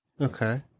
Okay